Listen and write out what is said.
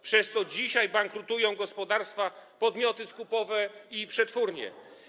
przez co dzisiaj bankrutują gospodarstwa, podmioty skupowe i przetwórnie.